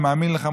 אני מאמין לך,